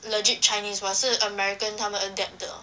legit chinese [what] 是 american 他们 adapt 的